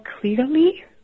clearly